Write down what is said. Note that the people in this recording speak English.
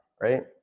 Right